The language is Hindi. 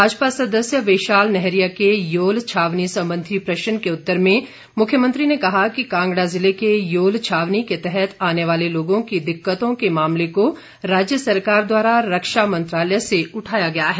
भाजपा सदस्य विशाल नैहरिया के योल छावनी संबंधी प्रश्न के उत्तर में मुख्यमंत्री ने कहा कि कांगड़ा जिले के योल छावनी के तहत आने वाले लोगों की दिक्कतों के मामले को राज्य सरकार द्वारा रक्षा मंत्रालय से उठाया गया है